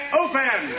open